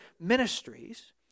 ministries